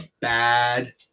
bad